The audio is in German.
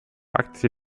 aktie